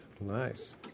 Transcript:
Nice